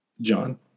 john